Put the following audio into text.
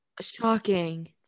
Shocking